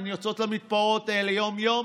הן יוצאות למתפרות האלה יום-יום